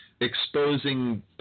exposing